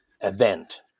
event